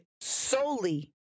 solely